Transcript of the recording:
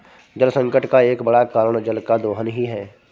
जलसंकट का एक बड़ा कारण जल का दोहन ही है